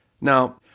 Now